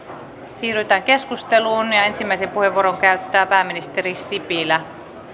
siirrytään keskusteluun ja ja ensimmäisen puheenvuoron käyttää pääministeri sipilä